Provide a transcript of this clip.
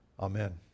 Amen